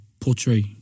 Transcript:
portray